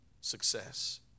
success